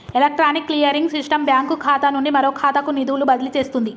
electronic clearing system bank ఖాతా నుండి మరొక ఖాతాకు నిధులు బదిలీ చేస్తుంది